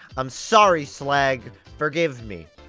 i'm sorry, slag forgive me!